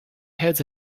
heads